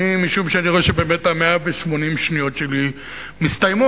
משום שאני רואה ש-180 השניות שלי מסתיימות,